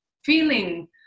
feeling